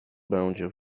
będzie